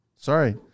Sorry